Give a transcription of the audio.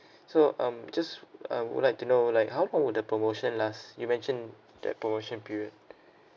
so um just uh would like to know like how long would the promotion last you mentioned that promotion period